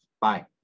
Bye